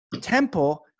temple